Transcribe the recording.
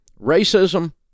racism